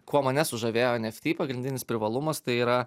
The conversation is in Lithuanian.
kuo mane sužavėjo eft pagrindinis privalumas tai yra